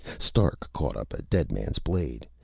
stark caught up a dead man's blade,